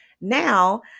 now